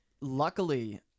luckily